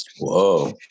Whoa